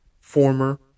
former